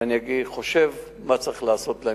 ואני חושב מה צריך לעשות בהמשך.